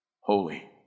holy